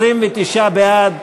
29 בעד,